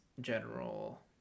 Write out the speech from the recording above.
general